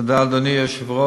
תודה, אדוני היושב-ראש.